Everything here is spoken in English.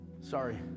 Sorry